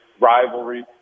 rivalry